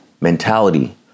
mentality